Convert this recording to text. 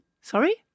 Sorry